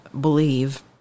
believe